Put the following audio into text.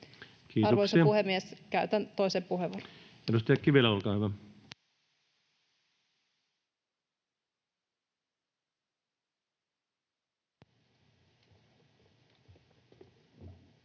Arvoisa puhemies! Käytän toisen puheenvuoron. Edustaja Kivelä, olkaa hyvä.